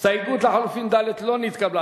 ההסתייגות מס' 3 לחלופין ד' של קבוצת